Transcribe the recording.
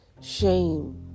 shame